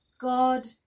God